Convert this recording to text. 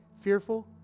fearful